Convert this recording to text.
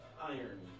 iron